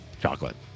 chocolate